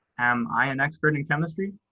am i an expert in chemistry?